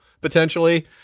potentially